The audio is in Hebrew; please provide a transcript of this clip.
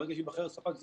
ברגע שייבחר ספק זוכה,